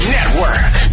Network